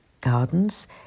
Gardens